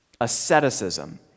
Asceticism